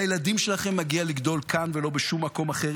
לילדים שלכם מגיע לגדול כאן ולא בשום מקום אחר.